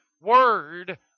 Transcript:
Word